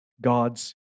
God's